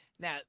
Now